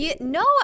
No